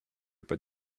but